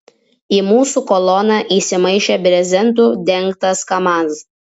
į mūsų koloną įsimaišė brezentu dengtas kamaz